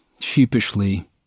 Sheepishly